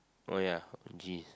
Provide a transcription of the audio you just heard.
oh ya geez